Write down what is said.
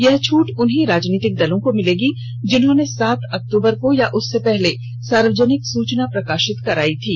यह छूट उन्हीं राजनीतिक दलों को मिलेगी जिन्होंने सात अक्तूबर को या उससे पहले सार्वजनिक सूचना प्रकाशित कराई थी